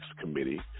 committee